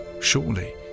surely